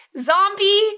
Zombie